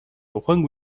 тухайн